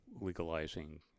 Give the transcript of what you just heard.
legalizing